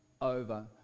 over